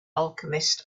alchemist